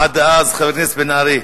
עד אז, חבר הכנסת בן-ארי,